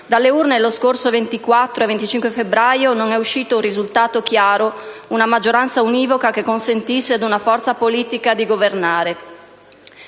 Dalle urne, il 24 e il 25 febbraio scorsi, non è uscito un risultato chiaro, una maggioranza univoca che consentisse ad una forza politica di governare.